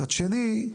מצד שני,